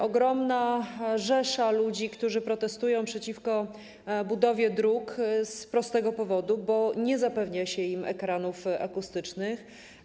Ogromna rzesza ludzi protestuje przeciwko budowie dróg z prostego powodu: bo nie zapewnia się im ekranów akustycznych.